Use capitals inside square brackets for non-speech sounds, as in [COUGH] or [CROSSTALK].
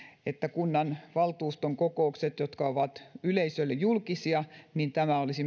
että kunnanvaltuuston kokoukset jotka ovat yleisölle julkisia olisi [UNINTELLIGIBLE]